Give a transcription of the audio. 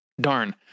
Darn